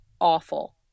awful